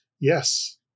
Yes